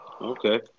Okay